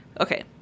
okay